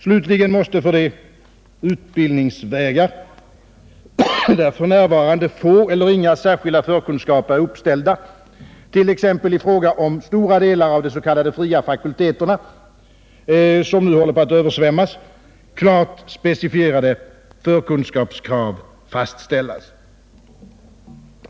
Slutligen måste för de utbildningsvägar, där för närvarande få eller inga särskilda förkunskapskrav är uppställda, t.ex. i fråga om stora delar av de s.k. fria fakulteterna som nu håller på att översvämmas, klart specificerade förkunskapskrav fastslås.